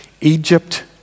Egypt